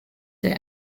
der